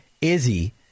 Izzy